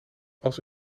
als